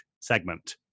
segment